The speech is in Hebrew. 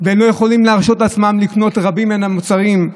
והם לא יכולים להרשות לעצמם לקנות רבים מן המוצרים.